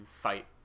fight